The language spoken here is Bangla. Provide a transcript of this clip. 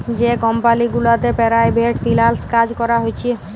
যে কমপালি গুলাতে পেরাইভেট ফিল্যাল্স কাজ ক্যরা হছে